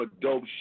dope